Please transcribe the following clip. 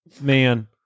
man